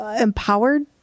empowered